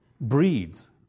breeds